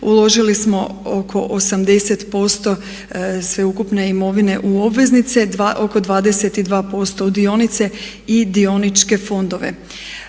uložili smo oko 80% sveukupne imovine u obveznice, oko 22% u dionice i dioničke fondove.